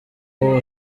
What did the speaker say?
w’uwo